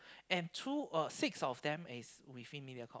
and two uh six of them is within Mediacorp